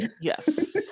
yes